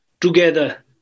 together